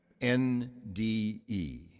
NDE